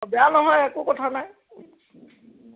অঁ বেয়া নহয় একো কথা নাই